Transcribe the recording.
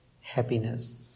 happiness